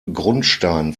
grundstein